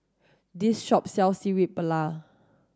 this shop sells Paella